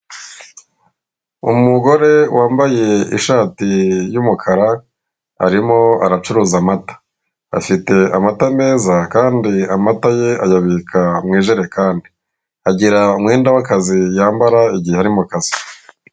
Umugore wambaye ishati y'umukara, arimo aracuruza amata. Afite amata meza kandi amata ye ayabika mu ijerekani. Agira umwenda w'akazi yambara igihe ari mu kazi.